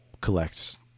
collects